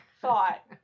thought